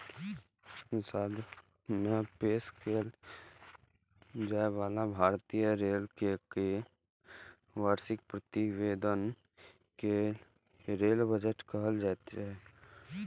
संसद मे पेश कैल जाइ बला भारतीय रेल केर वार्षिक प्रतिवेदन कें रेल बजट कहल जाइत रहै